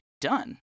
done